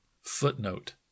Footnote